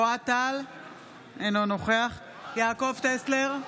אינו נוכח יעקב טסלר,